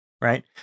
right